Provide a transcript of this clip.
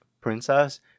princess